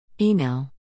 Email